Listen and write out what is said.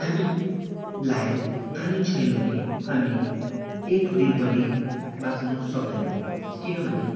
हामीलाई पानी छैन भने हामी एक दिन पनि बाँच्नु सक्दैनन् किनभने